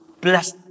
bless